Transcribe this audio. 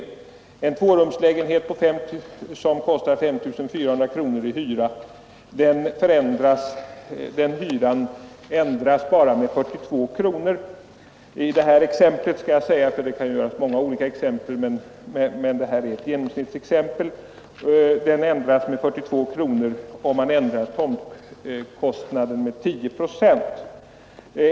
För en tvårumslägenhet, som kostar 5 400 kronor i hyra, ändras hyran med bara 42 kronor — jag kanske bör säga att det här exemplet är ett genomsnittsexempel, eftersom man kan ta många olika exempel — om tomtkostnaden ändras med 10 procent.